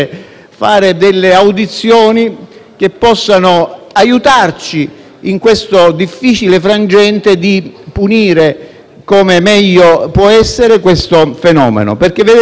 che possano aiutarci nel difficile frangente di punire - come meglio si può fare - questo fenomeno, perché - vedete - a volte le buone intenzioni